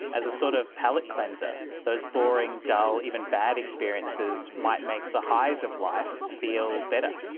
as a sort of palette-cleanser those boring, dull, even bad experiences might make the highs of life feel better.